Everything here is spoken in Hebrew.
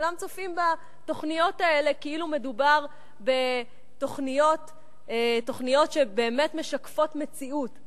כולם צופים בתוכניות האלה כאילו מדובר בתוכניות שבאמת משקפות מציאות.